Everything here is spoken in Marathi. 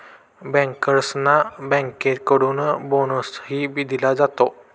बँकर्सना बँकेकडून बोनसही दिला जातो